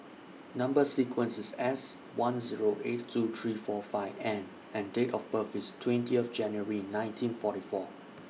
Number sequence IS S one Zero eight two three four five N and Date of birth IS twenty of January nineteen forty four